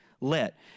Let